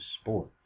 sport